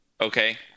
okay